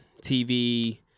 tv